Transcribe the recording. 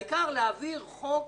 העיקר להעביר חוק